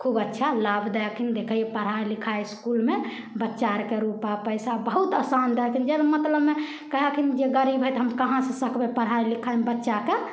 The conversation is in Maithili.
खूब अच्छा लाभ दैथिन देखे पढ़ाइ लिखाइ इसकुलमे बच्चा अरके रूपा पैसा बहुत आसान दै छथिन जाहिमे मतलबमे कहै छथिन जे गरीब है तऽ हम कहाँ से सकबै पढ़ाइ लिखाइमे बच्चाके